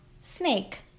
Snake